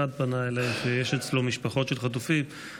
שיש אצלו משפחות של חטופים פנה אליי.